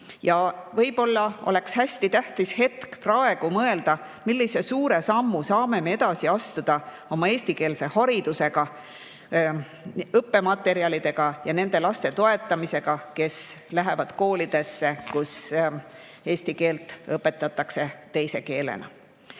Võib-olla oleks hästi tähtis praegu mõelda, millise suure sammu me saaksime edasi astuda eestikeelse hariduse ja õppematerjalide pakkumises ja nende laste toetamises, kes lähevad koolidesse, kus eesti keelt õpetatakse teise keelena.